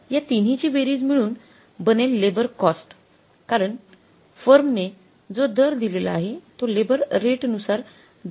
या तिन्ही ची बेरीज मिळून बनेल लेबर कॉस्ट कारण फार्म नें जो दर दिलेले आहे तो लेबर रेट नुसार देण्यात आलेला आहे